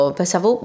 pensavo